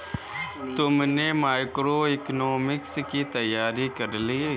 तुमने मैक्रोइकॉनॉमिक्स की तैयारी कर ली?